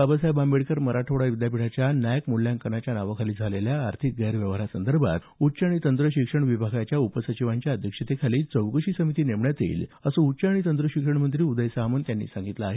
बाबासाहेब आंबेडकर मराठवाडा विद्यापीठाच्या नॅक मूल्यांकनाच्या नावाखाली झालेल्या आर्थिक गैरव्यवहारासंदर्भात उच्च आणि तंत्र शिक्षण विभागाच्या उपसचिवांच्या अध्यक्षेतेखाली चौकशी समिती नेमण्यात येईल असं उच्च आणि तंत्रशिक्षण मंत्री उदय सामंत यांनी सांगितलं आहे